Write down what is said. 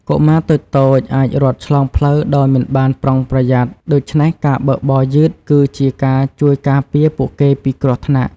កុមារតូចៗអាចរត់ឆ្លងផ្លូវដោយមិនបានប្រុងប្រយ័ត្នដូច្នេះការបើកបរយឺតគឺជាការជួយការពារពួកគេពីគ្រោះថ្នាក់។